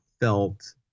felt